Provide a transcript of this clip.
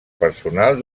personal